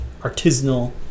artisanal